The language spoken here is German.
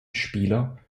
spieler